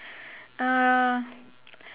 um